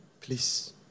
please